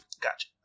Gotcha